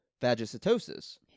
phagocytosis